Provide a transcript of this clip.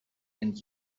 and